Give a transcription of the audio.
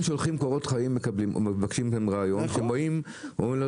ששולחים קורות חיים ובאים לראיון וכשהם באים אומרים להם 'לא,